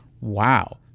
Wow